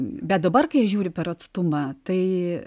bet dabar kai žiūri per atstumą tai